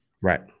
Right